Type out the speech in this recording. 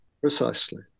Precisely